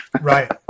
Right